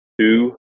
two